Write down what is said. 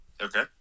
Okay